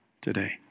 today